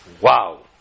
Wow